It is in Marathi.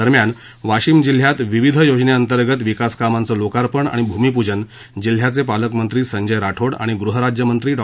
दरम्यान वाशिम जिल्हात विविध योजनेअंतर्गत विकास कामांच लोकार्पण आणि भूमिपूजन जिल्ह्याचे पालकमंत्री संजय राठोड आणि गृहराज्यमंत्री डॉ